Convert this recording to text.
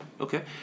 Okay